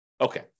Okay